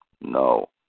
No